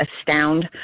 Astound